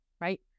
right